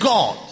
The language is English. God